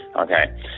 Okay